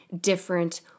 different